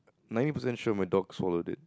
might have potential my dog swallowed it